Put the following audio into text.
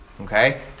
Okay